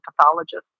pathologist